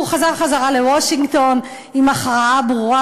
והוא חזר לוושינגטון עם הכרעה ברורה,